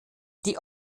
die